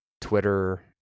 Twitter